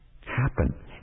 happen